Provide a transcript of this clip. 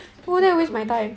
pp